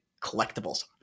collectibles